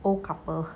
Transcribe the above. old couple